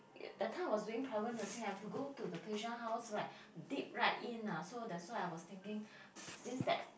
that time I was doing private nursing have to go to the patient house right deep right in ah so that's why I was thinking since that